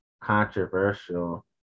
controversial